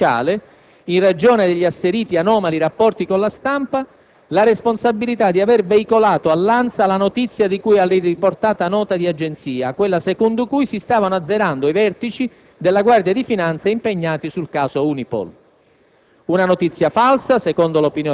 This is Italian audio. ha tracciato un quadro ricostruttivo in base ai quale è inevitabile addebitare all'alto ufficiale, in ragione degli asseriti anomali rapporti con la stampa, la responsabilità di aver veicolato all'Ansa la notizia di cui alla riportata nota di agenzia; quella secondo cui si stavano azzerando i vertici